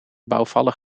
bouwvallig